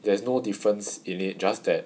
there's no difference in it just that